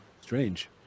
strange